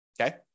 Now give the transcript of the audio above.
Okay